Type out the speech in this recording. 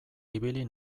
ibili